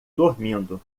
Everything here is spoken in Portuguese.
dormindo